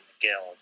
guild